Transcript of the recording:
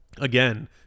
again